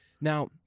Now